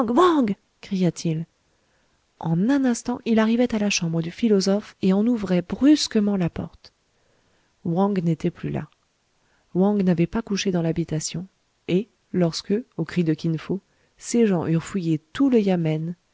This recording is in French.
cria-t-il en un instant il arrivait à la chambre du philosophe et en ouvrait brusquement la porte wang n'était plus là wang n'avait pas couché dans l'habitation et lorsque aux cris de kin fo ses gens eurent fouillé tout le yamen